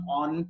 on